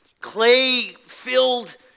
clay-filled